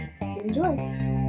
enjoy